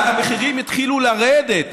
המחירים התחילו לרדת.